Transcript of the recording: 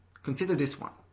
consider this one.